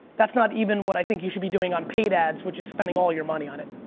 that's not even what i think you should be doing on paid ads, which is spending all your money on it.